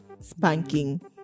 spanking